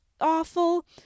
awful